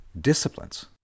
disciplines